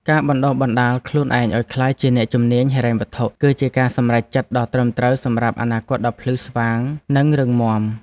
ការបណ្តុះបណ្តាលខ្លួនឯងឱ្យក្លាយជាអ្នកជំនាញហិរញ្ញវត្ថុ គឺជាការសម្រេចចិត្តដ៏ត្រឹមត្រូវសម្រាប់អនាគតដ៏ភ្លឺស្វាងនិងរឹងមាំ។